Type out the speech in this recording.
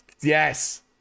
Yes